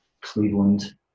Cleveland